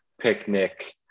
picnic